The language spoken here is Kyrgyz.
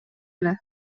эле